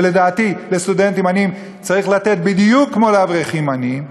ולדעתי לסטודנטים עניים צריך לתת בדיוק כמו לאברכים עניים,